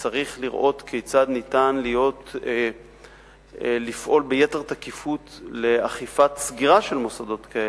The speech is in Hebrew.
וצריך לראות כיצד ניתן לפעול ביתר תקיפות לאכיפת סגירה של מוסדות כאלה.